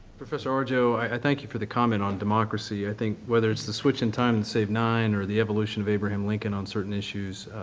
professor arjo, i thank you for the comment on democracy. i think whether it's the switch in time to save nine or the evolution of abraham lincoln on certain issues,